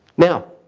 now,